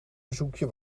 bezoekje